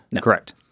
correct